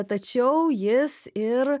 tačiau jis ir